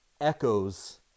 echoes